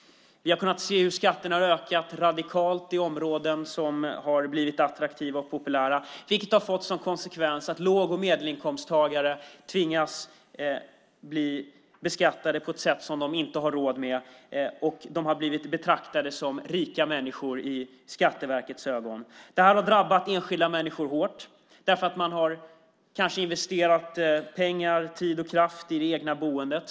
Vi har kunnat se hur skatterna radikalt ökat i områden som har blivit attraktiva och populära. Det har fått som konsekvens att låg och medelinkomsttagare tvingas bli beskattade på ett sätt som de inte har råd med, och de har blivit betraktade som rika människor i Skatteverkets ögon. Det har drabbat enskilda människor hårt därför att man kanske har investerat pengar, tid och kraft i det egna boendet.